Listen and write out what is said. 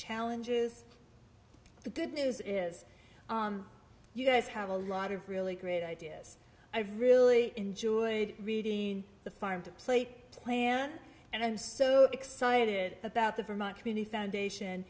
challenges the good news is you guys have a lot of really great ideas i've really enjoyed reading the farm to plate plan and i'm so excited about the vermont community foundation